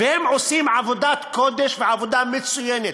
והם עושים עבודת קודש, ועבודה מצוינת,